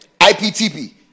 IPTP